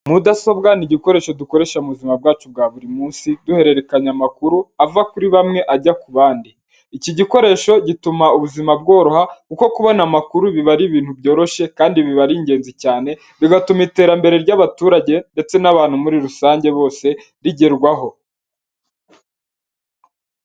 Mudasobwa ni igikoresho dukoresha mu buzima bwacu bwa buri munsi, duhererekanya amakuru ava kuri bamwe ajya ku bandi, iki gikoresho gituma ubuzima bworoha kuko kubona amakuru biba ari ibintu byoroshye kandi biba ari ingenzi cyane, bigatuma iterambere ry'abaturage ndetse n'abantu muri rusange bose rigerwaho.